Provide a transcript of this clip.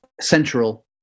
Central